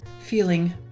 feeling